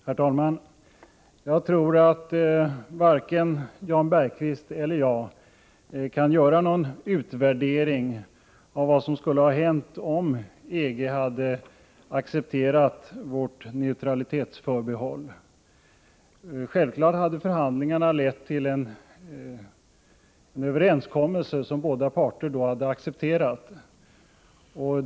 Herr talman! Jag tror att varken Jan Bergqvist eller jag kan göra någon utvärdering av vad som skulle ha hänt om EG hade accepterat vårt neutralitetsförbehåll. Självfallet hade förhandlingarna lett till en överenskommelse, som båda parter hade accepterat.